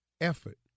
effort